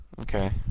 Okay